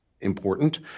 important